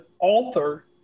author